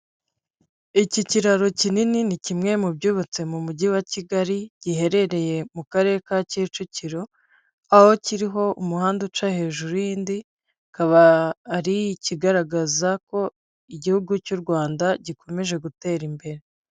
Iki kiraro kinini, ni kimwe mu byubatse mu mujyi wa kigali, giherereye mu karere ka Kicukiro, aho kiriho umuhanda uca hejuru y'indi, kikaba ari ikigaragaza ko igihugu cy'u Rwanda gikomeje gutera imbere.